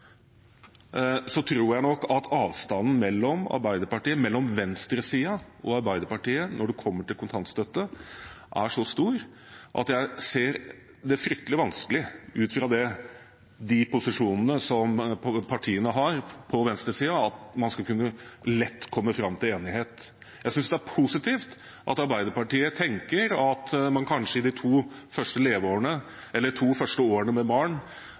tror jeg nok at avstanden til venstresiden og Arbeiderpartiet når det kommer til kontantstøtte, er så stor at jeg ser det fryktelig vanskelig ut fra de posisjonene som partiene på venstresiden har, at man lett skal kunne komme fram til enighet. Jeg synes det er positivt at Arbeiderpartiet tenker at man i de to første